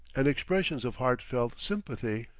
and expressions of heartfelt sympathy.